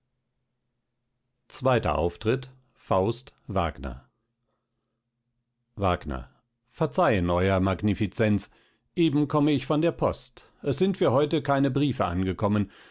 zweiter auftritt faust wagner wagner verzeihen euer magnificenz eben komme ich von der post es sind für heute keine briefe angekommen